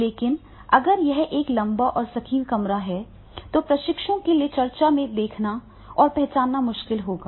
लेकिन अगर यह एक लंबा और संकीर्ण कमरा है तो प्रशिक्षु के लिए चर्चा को देखना और पहचानना मुश्किल होगा